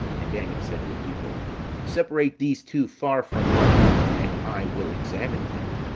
and daniel said to the people separate these two far from one another, and i will examine them.